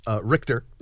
Richter